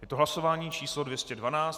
Je to hlasování číslo 212.